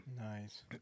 Nice